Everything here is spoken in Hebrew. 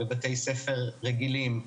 בבתי ספר רגילים,